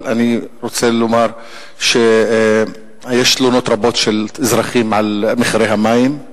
אני רוצה לומר שיש תלונות רבות של אזרחים על מחירי המים.